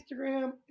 Instagram